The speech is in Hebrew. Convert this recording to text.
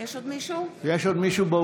יש עוד מישהו באולם?